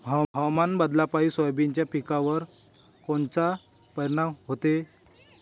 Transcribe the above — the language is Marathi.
हवामान बदलापायी सोयाबीनच्या पिकावर कोनचा परिणाम होते?